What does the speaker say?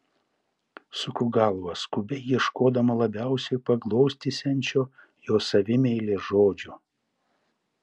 suku galvą skubiai ieškodama labiausiai paglostysiančio jos savimeilę žodžio